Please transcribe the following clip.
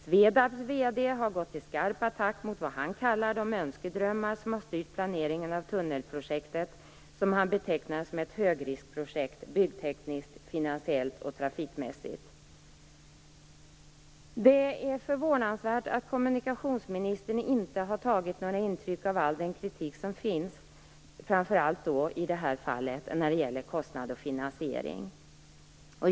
SVEDAB:s VD har gått till skarp attack mot, vad han kallar, de önskedrömmar som har styrt planeringen av tunnelprojektet, som han betecknar som ett högriskprojekt byggtekniskt, finansiellt och trafikmässigt. Det är förvånansvärt att kommunikationsministern inte har tagit några intryck av all den kritik som finns, framför allt när det gäller kostnad och finansiering.